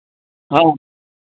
हाँ